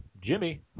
jimmy